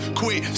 quit